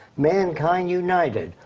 mankind united.